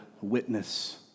witness